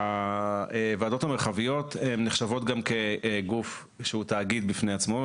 הוועדות המרחביות נחשבות גם כגוף שהוא תאגיד בפני עצמו,